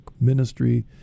ministry